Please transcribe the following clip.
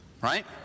Right